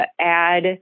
add